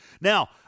Now